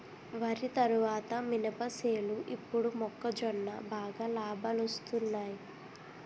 వరి తరువాత మినప సేలు ఇప్పుడు మొక్కజొన్న బాగా లాబాలొస్తున్నయ్